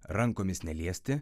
rankomis neliesti